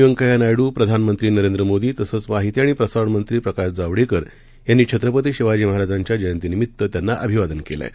व्यंक्ष्या नायडू प्रधानमंत्री नरेंद्र मोदी तसंच माहिती आणि प्रसारणमंत्री प्रकाश जावडेर यांनी छत्रपती शिवाजी महाराजांच्या जयंतीनिमित्त त्यांना अभिवादन केलं आहे